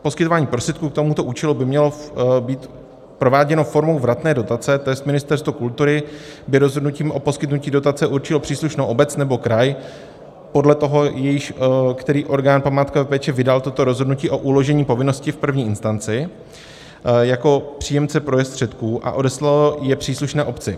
Poskytování prostředků k tomuto účelu by mělo být prováděnou formou vratné dotace, to jest Ministerstvo kultury by rozhodnutím o poskytnutí dotace určilo příslušnou obec nebo kraj podle toho, který orgán památkové péče vydal toto rozhodnutí o uložení povinnosti v první instanci jako příjemce prostředků a odeslal je příslušné obci.